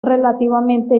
relativamente